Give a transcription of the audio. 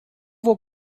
vou